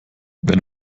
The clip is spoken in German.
wenn